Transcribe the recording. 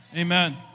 Amen